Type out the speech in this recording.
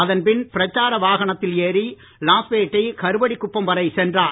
அதன்பின் பிரச்சார வாகனத்தில் ஏறி லாஸ்பேட்டை கருவடிகுப்பம் வரை சென்றார்